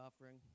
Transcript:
offering